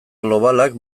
globalak